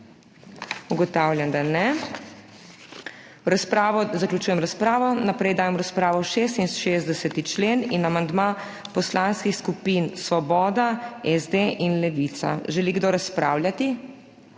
Ugotavljam, da ne. Zaključujem razpravo. V razpravo dajem 66. člen in amandma poslanskih skupin Svoboda, SD in Levica. Želi kdo razpravljati?